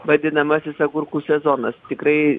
vadinamasis agurkų sezonas tikrai